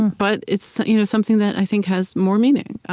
but it's you know something that i think has more meaning,